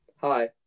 Hi